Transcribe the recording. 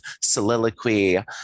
soliloquy